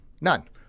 None